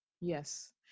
Yes